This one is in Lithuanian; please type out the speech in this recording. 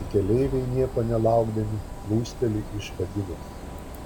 ir keleiviai nieko nelaukdami plūsteli iš kabinos